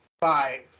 five